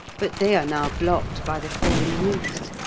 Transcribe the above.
but they are now blocked by the falling roofs,